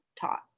taught